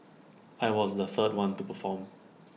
I was the third one to perform